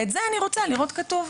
את זה אני רוצה לראות כתוב.